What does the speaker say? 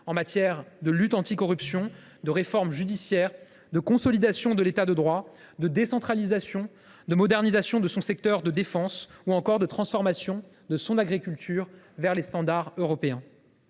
en matière de lutte anticorruption, de réforme judiciaire, de consolidation de l’État de droit, de décentralisation, de modernisation de son secteur de la défense, ou encore de transformation de son agriculture vers les standards européens.